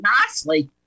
nicely